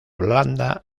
blanda